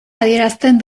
adierazten